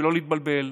ולא להתבלבל,